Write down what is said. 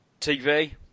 TV